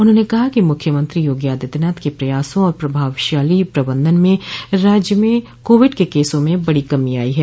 उन्होंने कहा कि मुख्यमंत्री योगी आदित्यनाथ के प्रयासों और प्रभावशाली पबंधन में राज्य में कोविड के केसों में बड़ी कमी आई है